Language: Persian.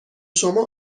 شما